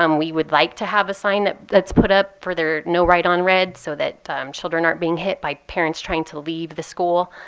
um we would like to have a sign that's put up for there no right on red so that children aren't being hit by parents trying to leave the school.